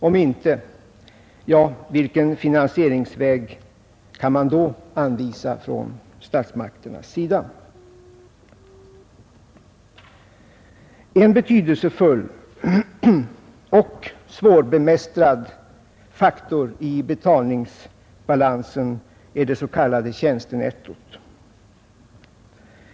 Om inte, vilken finansieringsväg kan statsmakterna då anvisa? En betydelsefull och svårbemästrad faktor i vår betalningsbalans är det s.k. tjänstenettot.